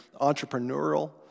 entrepreneurial